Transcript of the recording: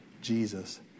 Jesus